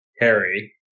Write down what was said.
Harry